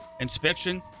inspection